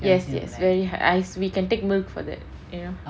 yes yes very high we can take milk for that you know